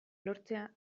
lortzea